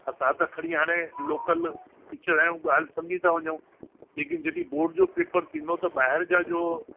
असां त खणी हाणे लोकल टीचर आहियूं ॻाल्हि सम्झी था वञू लेकिन जॾहिं बोर्ड जो पेपर थींदो त ॿाहिरि जा जो